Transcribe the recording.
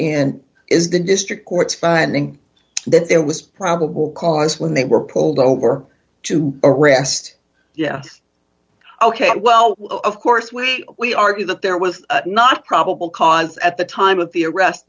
in is the district court's finding that there was probable cause when they were pulled over to arrest yes ok well of course we we argue that there was not probable cause at the time of the arrest